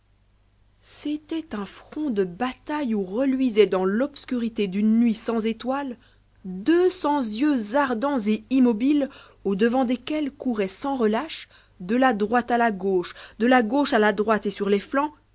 c'était un front de bataille où reluisaient dans l'obscurité d'une nuit sans étoiles deux cents yeux ardents et immobiles au-devant desquels couraient sans relâche de la droite à la gauche de la gauche a la droite et sur les flancs